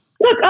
look